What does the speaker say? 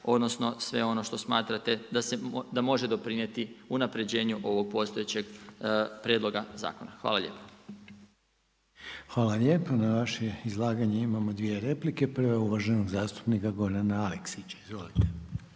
odnosno, sve ono što smatrate da može doprinijeti unapređenju ovog postojećeg prijedloga zakona. Hvala lijepo. **Reiner, Željko (HDZ)** Hvala lijepo. Na vaše izlaganje imamo 2 replike. Prva je uvaženog zastupnika Gorana Aleksića. Izvolite.